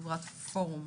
חברת פורום.